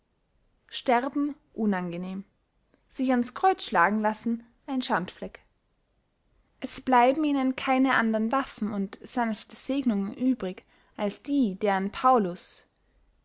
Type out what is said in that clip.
sterben unangenehm sich ans kreuz schlagen lassen ein schandfleck es bleiben ihnen keine andern waffen und sanfte segnungen übrig als die deren paulus